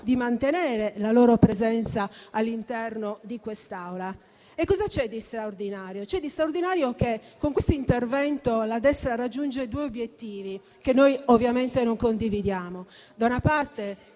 di mantenere la loro presenza all'interno di quest'Aula. Cosa c'è di straordinario? Di straordinario c'è che, con questo intervento, la destra raggiunge due obiettivi che noi ovviamente non condividiamo. Da una parte,